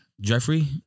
Jeffrey